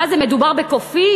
מה זה, מדובר בקופים?